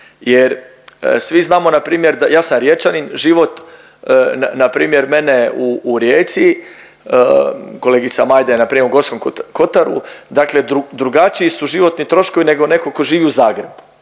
jer svi znamo npr. da, ja sam Riječanin, život npr. mene u Rijeci, kolegica Majda je npr. u Gorskom Kotaru, dakle drugačiji su životni troškovi nego netko tko živi u Zagrebu,